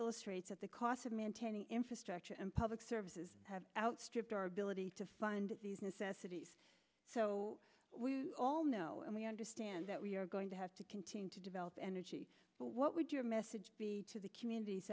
illustrates that the cost of maintaining infrastructure and public services have outstripped our ability to find these necessities so we all know and we understand that we are going to have to continue to develop energy but what would your message be to the communities